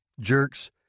jerks